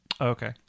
Okay